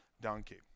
donkey